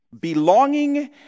Belonging